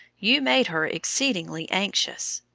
you made her exceedingly anxious.